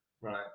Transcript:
Right